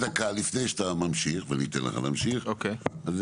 לפני שאתה ממשיך, ואני אתן לך להמשיך, מ'